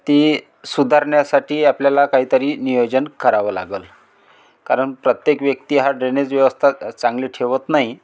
ती सुधारण्यासाठी आपल्याला काहीतरी नियोजन करावं लागंल कारण प्रत्येक व्यक्ती हा ड्रेनेज व्यवस्था चांगली ठेवत नाही